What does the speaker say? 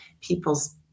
people's